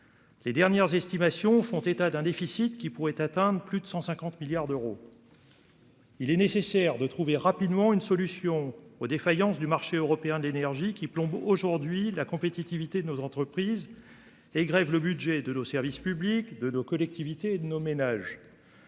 Les dernières estimations font état d'un déficit qui pourrait atteindre plus de 150 milliards d'euros. Il est nécessaire de trouver rapidement une solution aux défaillances du marché européen de l'énergie qui plombent aujourd'hui la compétitivité de nos entreprises et grèvent le budget de l'nos service publics de nos collectivités et nos ménages.